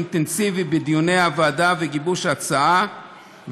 ואינטנסיבי בדיוני הוועדה וגיבוש ההצעה,